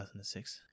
2006